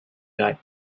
guy